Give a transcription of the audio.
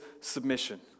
submission